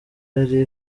yari